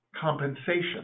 compensation